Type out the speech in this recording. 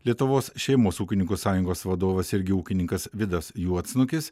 lietuvos šeimos ūkininkų sąjungos vadovas irgi ūkininkas vidas juodsnukis